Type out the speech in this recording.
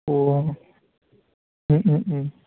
अ